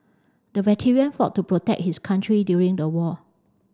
the veteran fought to protect his country during the war